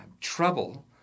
trouble